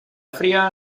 fría